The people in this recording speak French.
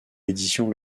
l’édition